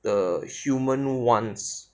the human wants